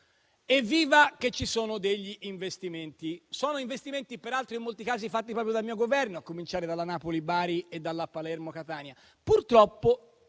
evviva che ci sono degli investimenti. Sono investimenti peraltro in molti casi fatti proprio dal mio Governo, a cominciare dalla Napoli-Bari e dalla Palermo-Catania.